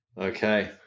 Okay